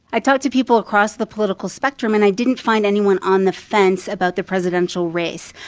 i talked to people across the political spectrum, and i didn't find anyone on the fence about the presidential race.